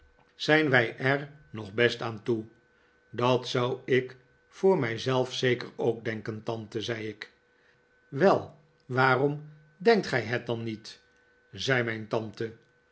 zijn wij er nog best aan toe dat zou ik voor mijzelf zeker ook denken tante zei ik wel waarom denkt gij het dan niet zei mijn tante